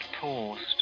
paused